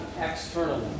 externally